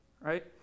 right